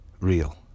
real